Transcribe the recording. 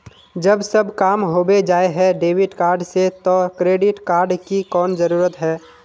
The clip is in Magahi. जब सब काम होबे जाय है डेबिट कार्ड से तो क्रेडिट कार्ड की कोन जरूरत है?